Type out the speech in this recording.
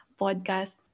podcast